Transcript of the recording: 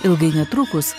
ilgai netrukus